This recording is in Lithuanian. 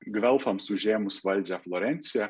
gvelfams užėmus valdžią florencijoje